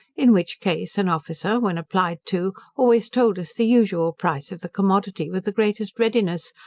in which case an officer, when applied to, always told us the usual price of the commodity with the greatest readiness,